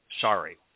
sorry